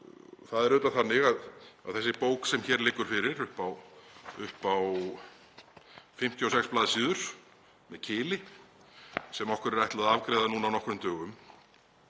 Það er auðvitað þannig að þessi bók sem hér liggur fyrir upp á 56 bls. með kili, sem okkur er ætlað að afgreiða núna á nokkrum dögum,